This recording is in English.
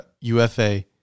UFA